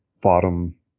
bottom